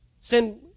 Sin